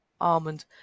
almond